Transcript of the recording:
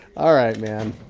all right, man.